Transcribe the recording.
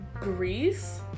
Greece